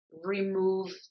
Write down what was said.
remove